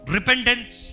Repentance